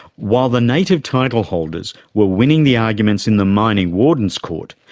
while the native title holders were winning the arguments in the mining warden's court,